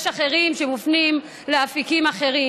יש אחרים שמופנים לאפיקים אחרים,